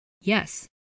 Yes